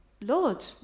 Lord